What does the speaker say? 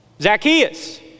Zacchaeus